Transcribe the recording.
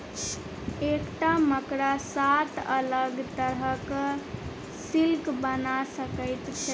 एकटा मकड़ा सात अलग तरहक सिल्क बना सकैत छै